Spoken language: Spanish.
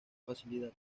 facilidad